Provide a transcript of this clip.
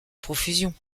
profusion